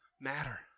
matter